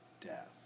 death